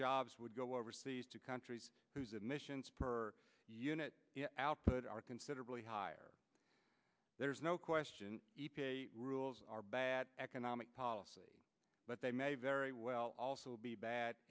jobs would go overseas to countries whose emissions per unit output are considerably higher there's no question rules are bad economic policy but they may very well also be bad